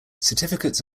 certificates